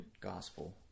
gospel